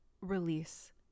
release